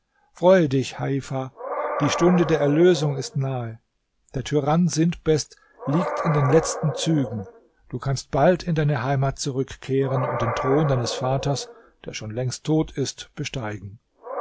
freue dich heifa die stunde der erlösung ist nahe der tyrann sintbest liegt in den letzten zügen du kannst bald in deine heimat zurückkehren und den thron deines vaters der schon längst tot ist besteigen